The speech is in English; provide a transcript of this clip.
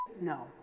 no